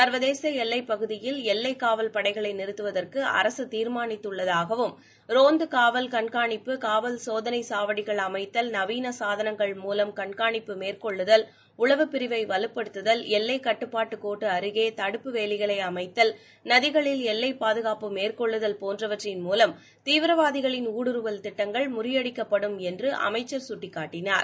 சர்வதேச எல்லை பகுதியில் எல்லைக் காவல் படைகளை நிறுத்துவதற்கு அரசு தீர்மாளித்துள்ளதாகவும் ரோந்து காவல் கண்காணிப்பு காவல் சோதனை சாவடிகள் அமைத்தல் நவீன சாதனங்கள் மூலம் கண்காணிப்பு மேற்கொள்ளுதல் உளவு பிரிவை வலுப்படுத்துதல் எல்லை கட்டுப்பாடு கோடு அருகே தடுப்பு வேலிகளை அமைத்தல் நதிகளில் எல்லைப் பாதுகாப்பு மேற்கொள்ளுதல் போன்றவற்றின் மூலம் தீவிரவாதிகளின் ஊடுருவல் திட்டங்கள் முறியடிக்கப்படும் என்று அமைச்சர் சுட்டிக்காட்டினார்